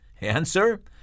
Answer